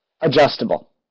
Adjustable